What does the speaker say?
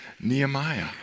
Nehemiah